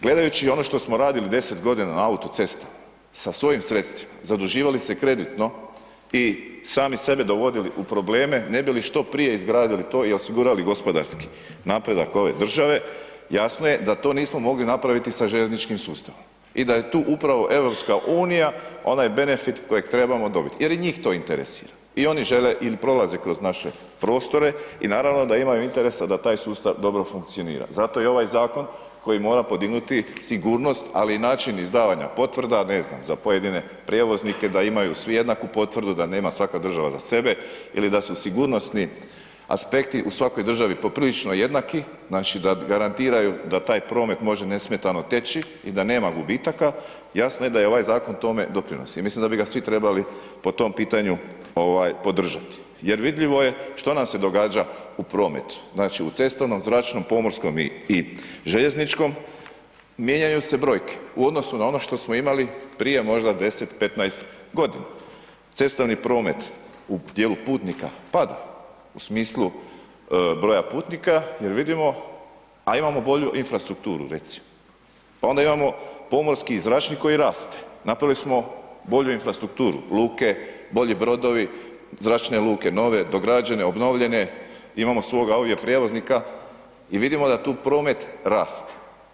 Gledajući ono što smo radili 10.g. na autocestama sa svojim sredstvima, zaduživali se kreditno i sami sebe dovodili u probleme ne bi li što prije izgradili to i osigurali gospodarski napredak ove države, jasno je da to nismo mogli napraviti sa željezničkim sustavom i da je tu upravo EU onaj benefit kojeg trebamo dobit jer i njih to interesira i oni žele il prolaze kroz naše prostore i naravno da imaju interesa da taj sustav dobro funkcionira, zato je i ovaj zakon koji mora podignuti sigurnost, ali i način izdavanja potvrda, ne znam, za pojedine prijevoznike da imaju svi jednaku potvrdu, da nema svaka država za sebe ili da su sigurnosni aspekti u svakoj državi poprilično jednaki, znači da garantiraju da taj promet može nesmetano teći i da nema gubitaka, jasno je da i ovaj zakon tome doprinosi, ja mislim da bi ga svi trebali po tom pitanju ovaj podržati jer vidljivo je što nam se događa u prometu, znači u cestovnom, zračnom, pomorskom i, i željezničkom mijenjaju se brojke u odnosu na ono što smo imali prije možda 10. 15.g. Cestovni promet u dijelu putnika pada u smislu broja putnika jer vidimo, a imamo bolju infrastrukturu recimo, pa onda imamo pomorski i zračni koji raste, napravili smo bolju infrastrukturu luke, bolji brodovi, zračne luke nove, dograđene, obnovljene, imamo svoga ovdje prijevoznika i vidimo da tu promet raste.